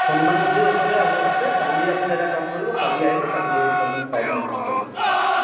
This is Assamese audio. হনুমান মন্দিৰৰ ওচৰতে আহ আছে কালি আপুনি এটা কাম কৰিব কালি আহিব কালি আহি পিনে আপুনি চাই পিনে গুচি যাব